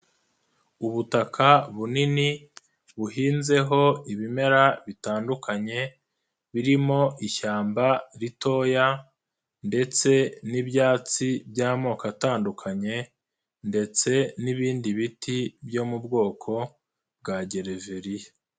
Ubutaka bunini, buhinzeho ibimera bitandukanye, birimo ishyamba ritoya ndetse n'ibyatsi by'amoko atandukanye ndetse n'ibindi biti byo mu bwoko bwa gereveriya.